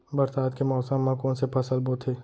बरसात के मौसम मा कोन से फसल बोथे?